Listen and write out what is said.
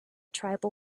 tribal